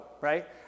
right